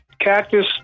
Cactus